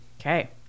Okay